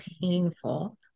painful